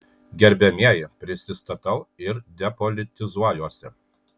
gerbiamieji prisistatau ir depolitizuojuosi